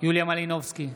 יוליה מלינובסקי,